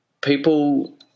people